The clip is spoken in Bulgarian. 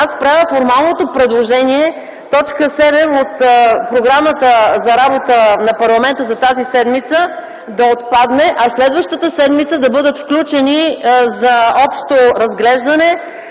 правя формалното предложение т. 7 от програмата за работата на парламента за тази седмица да отпадне, а следващата седмица да бъдат включени за общо разглеждане